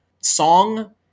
song